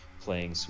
playing